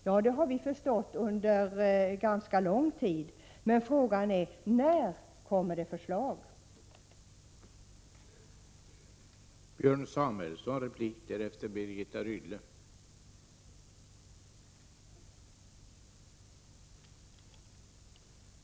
Ja, det har vi förstått under ganska lång tid, men frågan är: När kommer det förslag från regeringen?